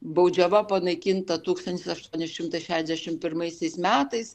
baudžiava panaikinta tūkstantis aštuoni šimtai šedešim pirmaisiais metais